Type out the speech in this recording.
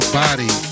body